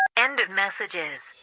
end of messages